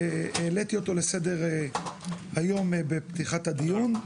והעליתי אותו לסדר היום בפתיחת הדיון.